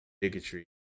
bigotry